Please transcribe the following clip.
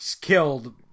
killed